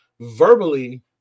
verbally